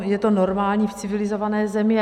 Je to normální v civilizované zemi.